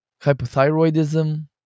hypothyroidism